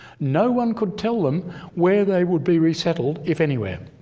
no one could tell them where they would be resettled, if anywhere.